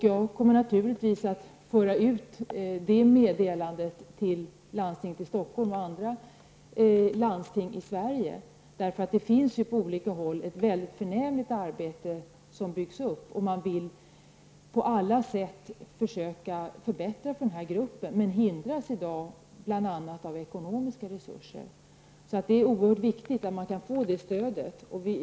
Jag kommer naturligtvis att föra ut det meddelandet till landstinget i Stockholms län och till andra landsting i Sverige. På olika håll bygger man upp ett förnämligt arbete. Man vill på alla sätt försöka förbättra för denna grupp, men hindras i dag bl.a. av bristen på ekonomiska resurser. Det är oerhört viktigt att man kan få det stödet.